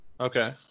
Okay